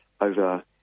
over